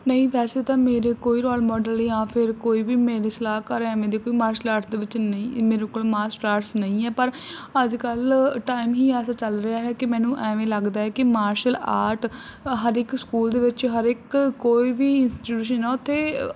ਨਹੀਂ ਵੈਸੇ ਤਾਂ ਮੇਰੇ ਕੋਈ ਰੋਲ ਮੋਡਲ ਜਾਂ ਫਿਰ ਕੋਈ ਵੀ ਮੇਰੇ ਸਲਾਹਕਾਰ ਐਵੇਂ ਦੇ ਕੋਈ ਮਾਰਸ਼ਲ ਆਰਟ ਦੇ ਵਿੱਚ ਨਹੀਂ ਮੇਰੇ ਕੋਲ ਮਾਰਸ਼ਲ ਆਟਸ ਨਹੀਂ ਹੈ ਪਰ ਅੱਜ ਕੱਲ੍ਹ ਟਾਈਮ ਹੀ ਐਸਾ ਚੱਲ ਰਿਹਾ ਹੈ ਕਿ ਮੈਨੂੰ ਐਵੇਂ ਲੱਗਦਾ ਹੈ ਕਿ ਮਾਰਸ਼ਲ ਆਰਟ ਹਰ ਇੱਕ ਸਕੂਲ ਦੇ ਵਿੱਚ ਹਰ ਇੱਕ ਕੋਈ ਵੀ ਇੰਸਟੀਟਿਊਸ਼ਨ ਹੈ ਉੱਥੇ